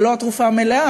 זה לא התרופה המלאה.